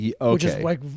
Okay